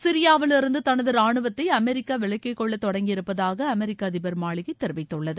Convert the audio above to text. சிரியாவிலிருந்து தனது ரானுவத்தை அமெரிக்கா விலக்கிக்கொள்ள தொடங்கியிருப்பதாக அமெரிக்க அதிபர் மாளிகை தெரிவித்துள்ளது